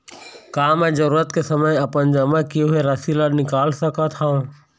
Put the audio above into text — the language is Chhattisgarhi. का मैं जरूरत के समय अपन जमा किए हुए राशि ला निकाल सकत हव?